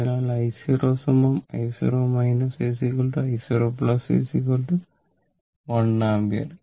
അതിനാൽ i0 i0 i0 1 ampere